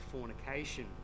fornication